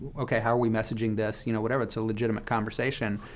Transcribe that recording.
ok, how are we messaging this? you know, whatever. it's a legitimate conversation.